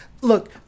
look